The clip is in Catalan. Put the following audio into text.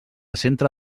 centre